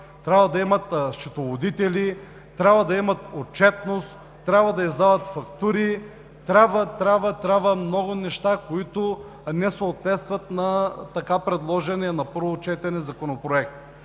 трябва ли да имат счетоводители, трябва ли да имат отчетност, трябва ли да издават фактури? Трябва, трябва, трябва много неща, които не съответстват на така предложения на първо четене законопроект.